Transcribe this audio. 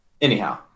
Anyhow